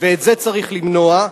ואת זה צריך למנוע.